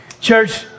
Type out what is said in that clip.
Church